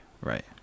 right